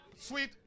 sweet